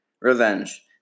Revenge